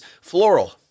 Floral